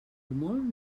molt